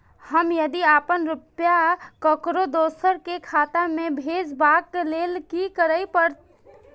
हम यदि अपन रुपया ककरो दोसर के खाता में भेजबाक लेल कि करै परत?